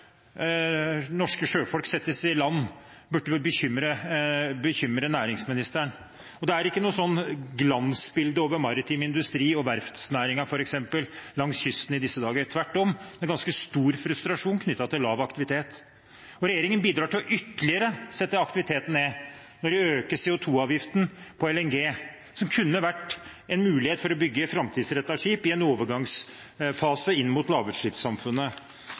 norske sjøfolk settes i land, burde bekymre næringsministeren. Det er ikke noe glansbildeaktig over maritim industri og f.eks. verftsnæringen langs kysten i disse dager – tvert om er det ganske stor frustrasjon knyttet til lav aktivitet. Regjeringen bidrar til ytterligere å sette aktiviteten ned når de øker CO 2 -avgiften på LNG, som kunne vært en mulighet for å bygge framtidsrettede skip i en overgangsfase inn mot lavutslippssamfunnet.